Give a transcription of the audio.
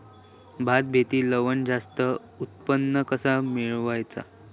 भात शेती लावण जास्त उत्पन्न कसा मेळवचा?